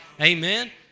Amen